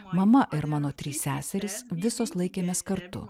mama ir mano trys seserys visos laikėmės kartu